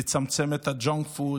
לצמצם את הג'אנק פוד,